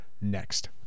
next